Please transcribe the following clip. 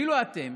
ואילו אתם,